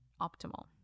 optimal